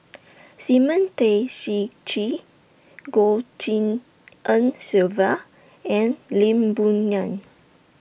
Simon Tay Seong Chee Goh Tshin En Sylvia and Lee Boon Ngan